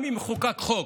אם חוקק חוק,